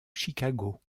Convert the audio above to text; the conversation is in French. chicago